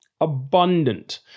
abundant